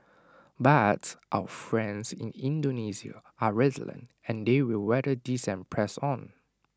but our friends in Indonesia are resilient and they will weather this and press on